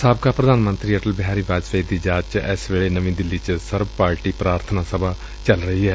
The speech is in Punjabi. ਸਾਬਕਾ ਪ੍ਰਧਾਨ ਮੰਤਰੀ ਅਟਲ ਬਿਹਾਰੀ ਵਾਜਪਾਈ ਦੀ ਯਾਦ ਚ ਏਸ ਵੇਲੇ ਨਵੀਂ ਦਿੱਲੀ ਚ ਸਰਬ ਪਾਰਟੀ ਪੁਰਥਨਾ ਸਭਾ ਚੱਲ ਰਹੀ ਏ